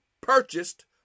purchased